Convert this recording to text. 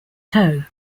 toe